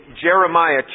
Jeremiah